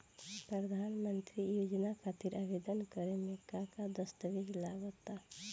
प्रधानमंत्री योजना खातिर आवेदन करे मे का का दस्तावेजऽ लगा ता?